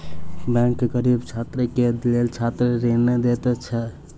bank गरीब छात्र के लेल छात्र ऋण दैत अछि